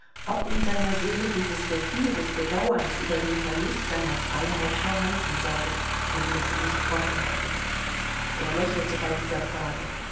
ob in seiner seele dieses gefühl des bedauerns über den verlust seiner freiheit vorhanden sei von dem sie gesprochen hatten er lächelte bei dieser frage